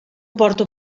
porto